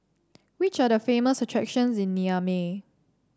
which are the famous attractions in Niamey